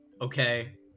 Okay